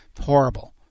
Horrible